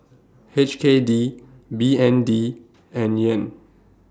H K D B N D and Yen